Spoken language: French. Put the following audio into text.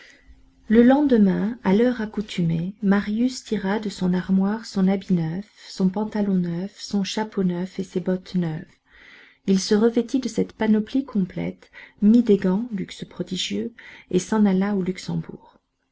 le lendemain à l'heure accoutumée marius tira de son armoire son habit neuf son pantalon neuf son chapeau neuf et ses bottes neuves il se revêtit de cette panoplie complète mit des gants luxe prodigieux et s'en alla au luxembourg